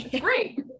great